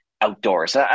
outdoors